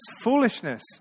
foolishness